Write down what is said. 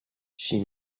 she